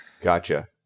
Gotcha